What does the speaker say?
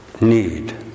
need